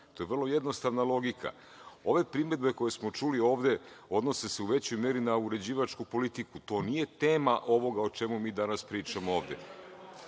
To je vrlo jednostavna logika. Ove primedbe koje smo čuli ovde odnose se u većoj meri na uređivačku politiku. To nije tema ovoga o čemu mi danas pričamo